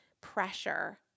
pressure